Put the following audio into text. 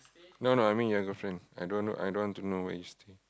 no no I mean your girlfriend I don't I don't want to know where you stay